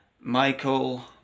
Michael